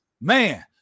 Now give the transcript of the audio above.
man